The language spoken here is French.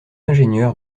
ingénieur